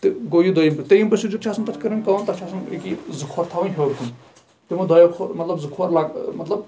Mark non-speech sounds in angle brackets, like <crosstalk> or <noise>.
تہٕ گوٚو یہِ دوٚیِم تہٕ تریٚیِم پروسیٖجَر چھُ آسان تَتھ چھ کرن کٲم تَتھ چھُ آسان <unintelligible> زٕ کھۄر تھاوٕنۍ ہیوٚر کُن تِمو دۄیَو کھور مطلب زٕ کھور مطلب